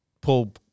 pull